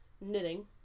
knitting